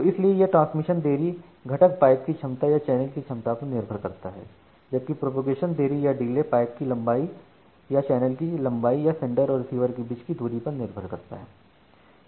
तो इसीलिए यह ट्रांसमिशन देरी घटक पाइप की क्षमता या चैनल की क्षमता पर निर्भर करता है जबकि प्रोपेगेशन देरी या डिले पाइप की लंबाई या चैनल की लंबाई या सेंडर और रिसीवर के बीच की दूरी पर निर्भर करता है